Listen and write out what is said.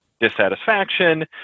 dissatisfaction